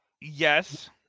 Yes